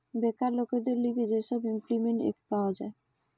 বেকার লোকদের লিগে যে সব ইমল্পিমেন্ট এক্ট পাওয়া যায়